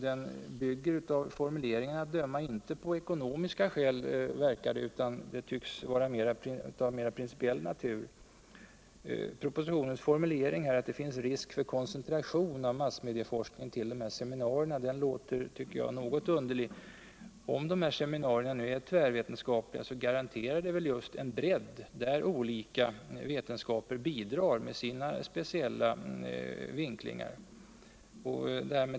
Den bygger av formuleringarna att döma inte på ekonomiska skäl utan tycks vara av mer principiell natur. Propositionens formulering, att det finns risk för koncentration av massmedieforskningen till seminarierna, låter något underlig. Om seminarierna är tvärvetenskapliga garanterar det väl Just en bredd, där olika vetenskaper bidrar med sina speciella vinklingar.